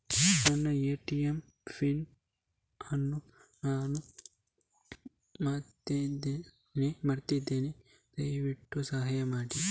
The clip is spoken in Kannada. ನನ್ನ ಎ.ಟಿ.ಎಂ ಪಿನ್ ಅನ್ನು ನಾನು ಮರ್ತಿದ್ಧೇನೆ, ದಯವಿಟ್ಟು ಸಹಾಯ ಮಾಡಿ